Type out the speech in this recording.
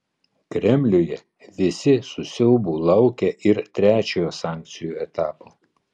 kremliuje visi su siaubu laukia ir trečiojo sankcijų etapo